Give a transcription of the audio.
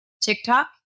TikTok